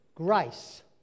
Grace